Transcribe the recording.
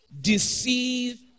deceive